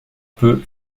peu